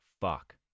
Fuck